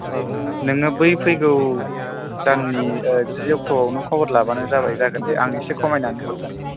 औ नोङो बै फैगौ दानि जि अक्ट'आव नों खबर लाब्लानो जाबाय जागोन दे आं एसे खमायनानै हरगोन